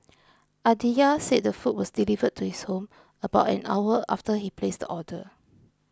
Aditya said the food was delivered to his home about an hour after he placed the order